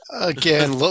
Again